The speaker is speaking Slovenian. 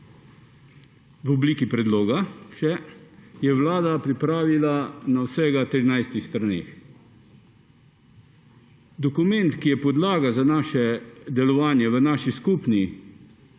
v obliki predloga, je Vlada pripravila na vsega 13 straneh. Dokument, ki je podlaga za naše delovanje v naši skupni